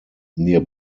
near